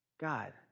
God